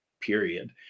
period